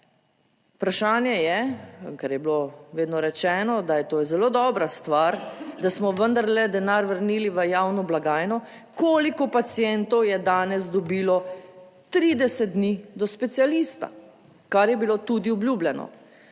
Vprašanje je, ker je bilo vedno rečeno, da je to zelo dobra stvar, da smo vendarle denar vrnili v javno blagajno. Koliko pacientov je danes dobilo 30 dni do specialista, kar je bilo tudi obljubljeno.